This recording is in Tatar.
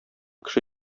кеше